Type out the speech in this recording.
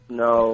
no